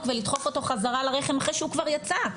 ולדחוף אותו בחזרה לרחם אחרי שהוא כבר יצא.